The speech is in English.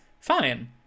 fine